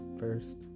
first